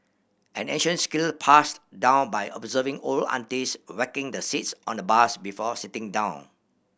an ancient skill passed down by observing old aunties whacking the seats on the bus before sitting down